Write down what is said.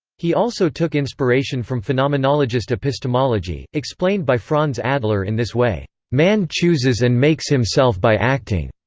he also took inspiration from phenomenologist epistemology, explained by franz adler in this way man chooses and makes himself by acting.